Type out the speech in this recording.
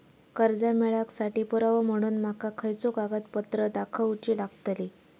कर्जा मेळाक साठी पुरावो म्हणून माका खयचो कागदपत्र दाखवुची लागतली?